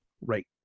right